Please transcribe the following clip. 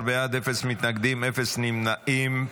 17 בעד, אין מתנגדים, אין נמנעים.